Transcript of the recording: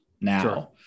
now